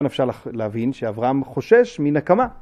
‫כאן אפשר להבין ‫שאברהם חושש מנקמה.